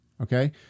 Okay